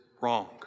wrong